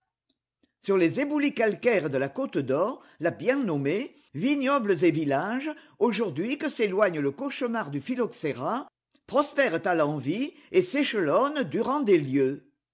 sur les éboulis calcaires de la côte dor la bien nommée vignobles et villages aujourd'hui que s'éloigne le cauchemar du phylloxéra prospèrent à l'envi et s'échelonnent durant des lieues